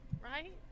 Right